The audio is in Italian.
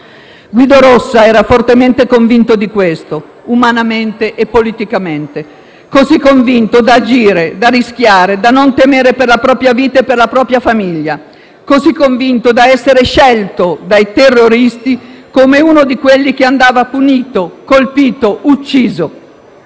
Guido Rossa era fortemente convinto di questo, umanamente e politicamente; così convinto da agire, da rischiare, da non temere per la propria vita e per la propria famiglia; così convinto da essere scelto dai terroristi come uno di quelli che andava punito, colpito, ucciso.